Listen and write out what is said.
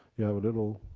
you have little